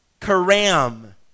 karam